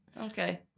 okay